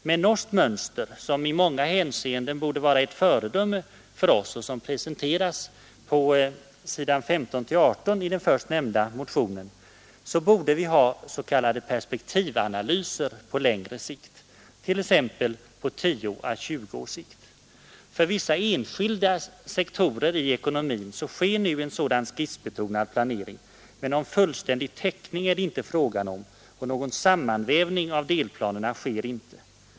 Med norskt mönster, som i många hänseenden borde vara ett föredöme för oss och som presenteras på s. 15—18 i den först nämnda motionen, borde vi ha s. k vissa enskilda perspektivanalyser på längre sikt, t.ex. på 10 å 20 år. F sektorer i ekonomin sker nu en sådan skissbetonad planering, men någon fullständig täckning är det inte fråga om och någon sammanvävning av delplanerna sker inte.